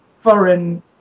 foreign